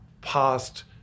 past